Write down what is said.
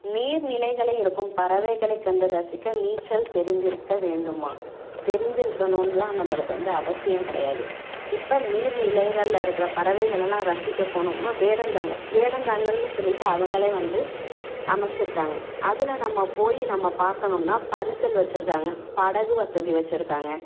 நீர் நிலைகளில் இருக்கும் பறவைகளைக் கண்டு ரசிக்க நீச்சல் தெரிந்திருக்க வேண்டுமா தெரிந்திருக்கணும்லாம் நம்மளுக்கு வந்து அவசியம் கிடையாது இப்போ நீர்நிலைகள்ல இருக்கிற பறவைகளல்லாம் ரசிக்க போனோம்னால் வேடந்தாங்கல் வேடந்தாங்கல்னு சொல்லிட்டு அவங்களே வந்து அமைச்சிருக்காங்க அதில் நம்ம போய் நம்ம பார்க்கணும்னா பரிசல் வச்சிருக்காங்கள் படகு வசதி வச்சிருக்காங்கள்